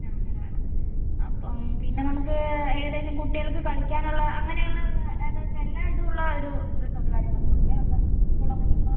ആ അങ്ങന വേണം അപ്പം പിന്നെ നമുക്ക് ഏകദേശം കുട്ടികൾക്ക് കളിക്കാൻ ഉള്ള അങ്ങനെ ഉള്ള അതായത് എല്ലാ ഇതും ഉള്ള ഒരു റിസോർട്ട് കാര്യങ്ങളൊക്കെ മതിയേ അത് പറഞ്ഞിട്ട് ഇപ്പം ഫുൾ അങ്ങനെ ഒക്കെ ഉള്ളത് ആണ്